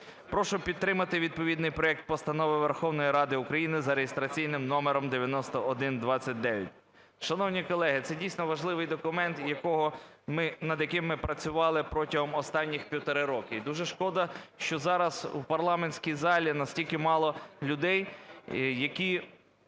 Прошу підтримати відповідний проект Постанови Верховної Ради України за реєстраційним номером 9129. Шановні колеги, це дійсно важливий документ, над яким ми працювали протягом останніх півтора року. І дуже шкода, що зараз у парламентській залі настільки мало людей, які